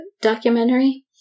documentary